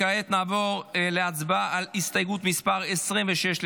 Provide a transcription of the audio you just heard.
כעת נעבור להצבעה על הסתייגות מס' 26,